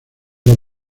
los